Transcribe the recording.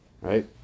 right